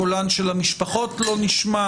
קולן של המשפחות לא נשמע,